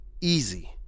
easy